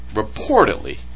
reportedly